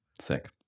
Sick